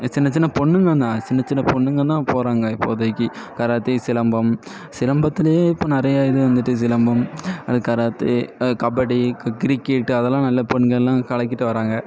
சின்ன சின்ன பொண்ணுங்கங்கன்னா சின்ன சின்ன பொண்ணுங்கன்னா போகிறாங்க இப்போதைக்கு கராத்தே சிலம்பம் சிலம்பத்துலேயே இப்போ நிறையா இது வந்துட்டு சிலம்பம் அடுத் கராத்தே கபடி கி கிரிக்கெட்டு அதெலாம் நல்ல பொண்ணுங்கள்லாம் கலக்கிட்டு வராங்க